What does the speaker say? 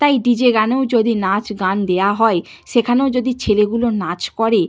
তাই ডিজে গানেও যদি নাচ গান দেওয়া হয় সেখানেও যদি ছেলেগুলো নাচ করে